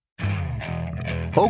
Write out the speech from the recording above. Okay